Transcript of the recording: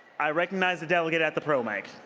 i recognize the delegate at the pro mic.